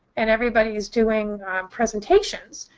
and everybody is doing presentations,